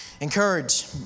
Encourage